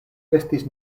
estis